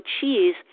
cheese